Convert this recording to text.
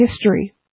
history